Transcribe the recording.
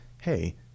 hey